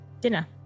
dinner